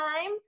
time